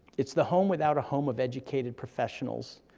it's the home without a home of educated professionals,